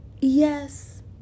Yes